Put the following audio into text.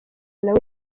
nawe